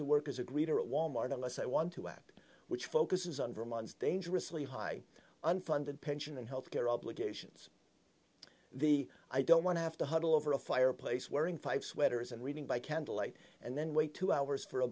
to work as a greeter at walmart unless i want to act which focuses on vermont's dangerously high unfunded pension and health care obligations the i don't want to have to huddle over a fireplace wearing five sweaters and reading by candlelight and then wait two hours for a